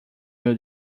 meu